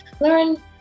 learn